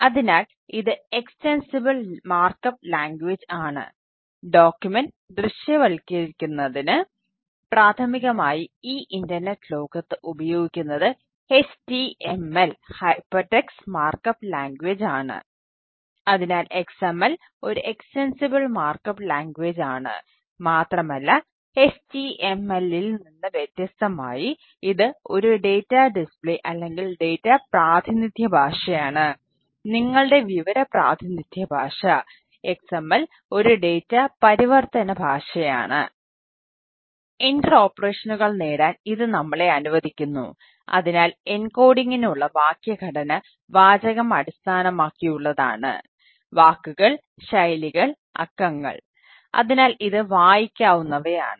അതിനാൽ ഇത് extensible markup language പരിവർത്തന ഭാഷയാണ് ഇന്ററോപ്പറേഷനുകൾ ഉണ്ട്